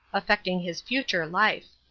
affecting his future life.